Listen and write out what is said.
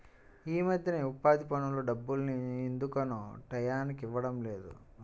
యీ మద్దెన ఉపాధి పనుల డబ్బుల్ని ఎందుకనో టైయ్యానికి ఇవ్వడం లేదు